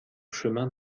chemin